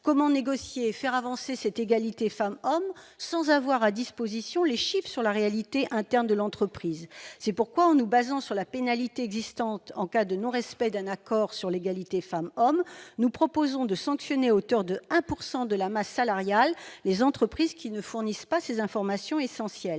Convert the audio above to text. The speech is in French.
effet, négocier et faire avancer l'égalité entre les femmes et les hommes sans disposer des chiffres sur la réalité interne de l'entreprise ? C'est pourquoi, en nous fondant sur la pénalité prévue en cas de non-respect d'un accord sur l'égalité entre les femmes et les hommes, nous proposons de sanctionner à hauteur de 1 % de leur masse salariale les entreprises qui ne fournissent pas ces informations essentielles.